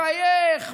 מחייך,